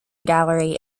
gallery